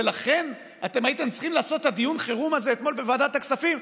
ולכן אתם הייתם צריכים לעשות אתמול את דיון החירום הזה בוועדת הכספים,